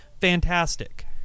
fantastic